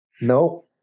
No